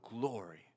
glory